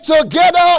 together